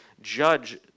judge